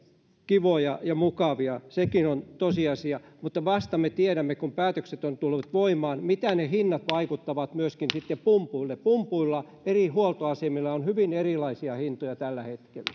kivoja ja mukavia sekin on tosiasia mutta me tiedämme vasta kun päätökset ovat tulleet voimaan miten ne vaikuttavat hintoihin sitten pumpuilla pumpuilla eri huoltoasemilla on hyvin erilaisia hintoja tällä